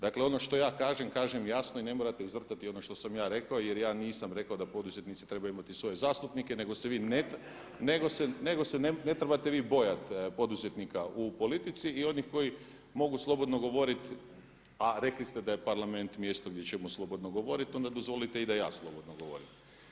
Dakle, ono što ja kažem, kažem jasno i ne morate izvrtati ono što sam ja rekao jer ja nisam rekao da poduzetnici trebaju imati svoje zastupnike nego se ne trebate vi bojati poduzetnika u politici i onih koji mogu slobodno govoriti, a rekli ste da je Parlament mjesto gdje ćemo slobodno govoriti onda dozvolite i da ja slobodno govorim.